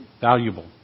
valuable